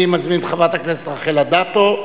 אני מזמין את חברת הכנסת רחל אדטו,